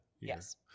yes